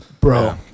bro